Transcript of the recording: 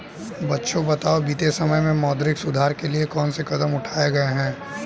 बच्चों बताओ बीते समय में मौद्रिक सुधार के लिए कौन से कदम उठाऐ गए है?